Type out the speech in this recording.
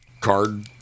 card